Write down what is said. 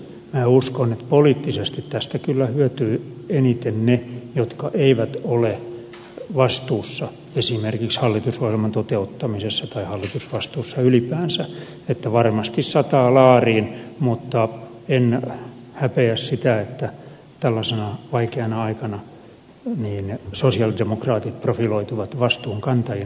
minä uskon että poliittisesti tästä kyllä hyötyvät eniten ne jotka eivät ole vastuussa esimerkiksi hallitusohjelman toteuttamisesta tai hallitusvastuussa ylipäänsä varmasti sataa laariin mutta en häpeä sitä että tällaisena vaikeana aikana sosialidemokraatit profiloituvat vastuunkantajina